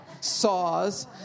saws